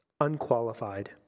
unqualified